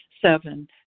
Seven